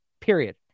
Period